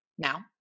Now